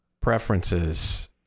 preferences